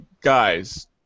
guys